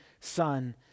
son